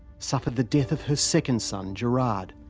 suffered the death of her second son, gerard,